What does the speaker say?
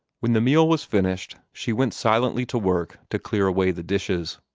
when the meal was finished, she went silently to work to clear away the dishes.